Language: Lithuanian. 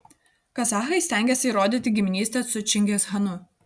kazachai stengiasi įrodyti giminystę su čingischanu